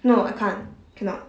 no I can't cannot